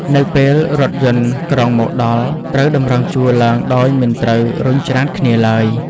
នៅពេលរថយន្តក្រុងមកដល់ ត្រូវតម្រង់ជួរឡើងដោយមិនត្រូវរុញច្រានគ្នាឡើយ។